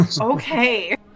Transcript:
Okay